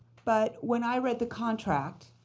but when i read the contract